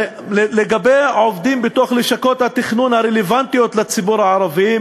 לגבי עובדים בלשכות התכנון הרלוונטיות לציבור הערבי,